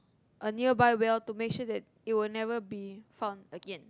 a nearby well to make sure that it would never be found again